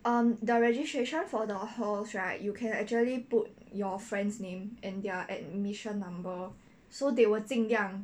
um the registration for the halls right you can actually put your friend's name and their admission number so they will 尽量